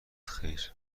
خیر